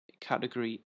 category